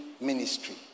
ministry